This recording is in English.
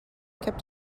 kept